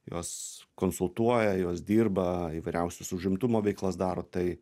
jos konsultuoja jos dirba įvairiausius užimtumo veiklas daro tai